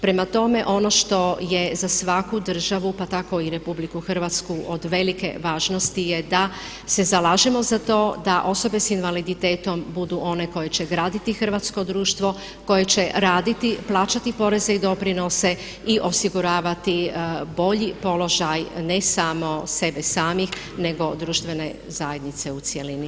Prema tome, ono što je za svaku državu pa tako i RH od velike važnosti je da se zalažemo za to da osobe s invaliditetom budu one koje graditi hrvatsko društvo, koje će raditi, plaćati poreze i doprinose i osiguravati bolji položaj ne samo sebe samih nego društvene zajednice u cjelini.